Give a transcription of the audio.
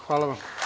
Hvala.